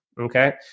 Okay